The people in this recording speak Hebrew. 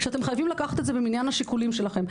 שאתם חייבים לקחת במניין השיקולים שלכם.